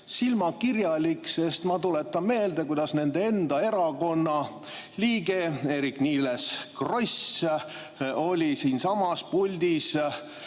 silmakirjalik. Ma tuletan meelde, kuidas nende enda erakonna liige Eerik-Niiles Kross oli siinsamas puldis